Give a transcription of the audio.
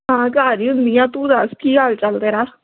ਹਾਂ ਘਰ ਹੀ ਹੁੰਦੀ ਹਾਂ ਤੂੰ ਦੱਸ ਕੀ ਹਾਲ ਚਾਲ ਤੇਰਾ